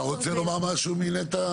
אתה רוצה לומר משהו מנת"ע?